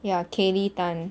ya kayley tan